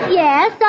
yes